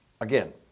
Again